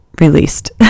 released